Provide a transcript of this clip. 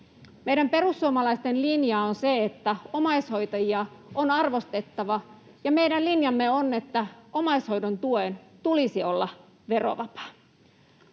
Meidän perussuomalaisten linja on se, että omaishoitajia on arvostettava, ja meidän linjamme on, että omaishoidon tuen tulisi olla verovapaa.